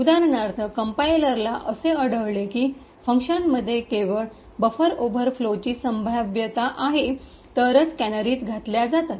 उदाहरणार्थ कंपाईलरला असे आढळले की फंक्शनमध्ये केवळ बफर ओव्हरफ्लोची संभाव्यता आहे तरच कॅनरीज घातल्या insert केल्या जातात